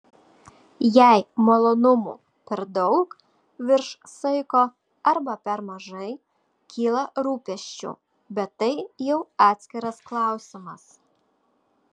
jei malonumų per daug virš saiko arba per mažai kyla rūpesčių bet tai jau atskiras klausimas